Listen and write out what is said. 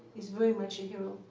is very much a hero